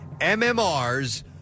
MMR's